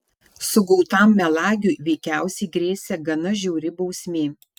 sugautam melagiui veikiausiai grėsė gana žiauri bausmė